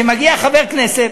שמגיע חבר כנסת,